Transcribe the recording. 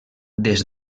des